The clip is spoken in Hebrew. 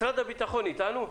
משרד הביטחון איתנו?